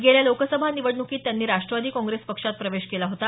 गेल्या लोकसभा निवडण्कीत त्यांनी राष्टवादी काँग्रेस पक्षात प्रवेश केला होता